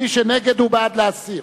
מי שנגד הוא בעד להסיר.